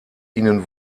ihnen